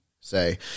say